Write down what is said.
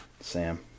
Sam